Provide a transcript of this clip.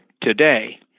today